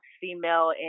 female